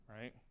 right